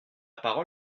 parole